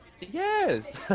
yes